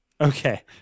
Okay